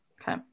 Okay